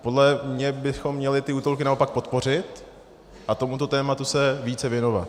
Podle mě bychom měli ty útulky naopak podpořit a tomuto tématu se více věnovat.